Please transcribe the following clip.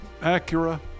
Acura